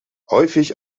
häufig